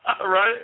right